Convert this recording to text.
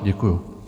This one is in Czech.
Děkuju.